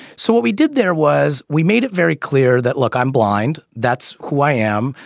so what we did there was we made it very clear that look i'm blind. that's who i am.